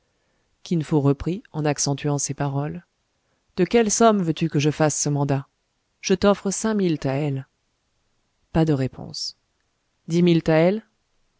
kin fo reprit en accentuant ses paroles de quelle somme veux-tu que je fasse ce mandat je t'offre cinq mille taëls pas de réponse dix mille